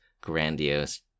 grandiose